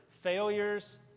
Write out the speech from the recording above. failures